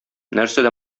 нәрсәдә